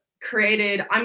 created